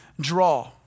draw